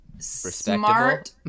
Smart